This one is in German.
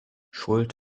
schuld